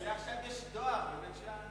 בגלל זה עכשיו יש דואר בבית-שאן.